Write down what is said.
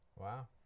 Wow